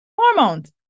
hormones